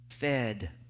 fed